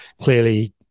clearly